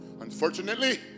Unfortunately